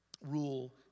rule